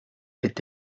est